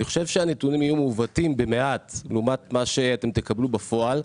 אני חושב שהנתונים יהיו מעוותים במעט לעומת מה שאתם תקבלו בפועל,